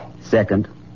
Second